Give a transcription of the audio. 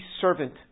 servant